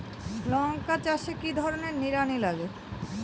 লঙ্কা চাষে কি ধরনের নিড়ানি লাগে?